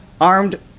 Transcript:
armed